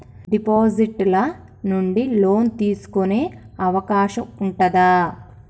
Deposit ల నుండి loan తీసుకునే అవకాశం ఉంటదా?